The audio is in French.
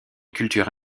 culture